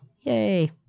Yay